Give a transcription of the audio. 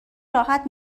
راحت